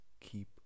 keep